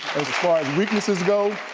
far as weaknesses go,